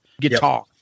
guitar